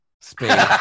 Space